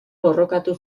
borrokatu